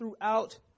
throughout